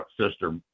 Sister